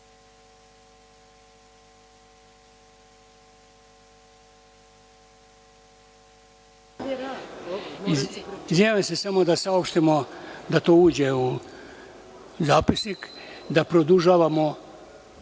se, samo da saopštimo da to uđe u zapisnik, da produžavamo